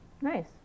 Nice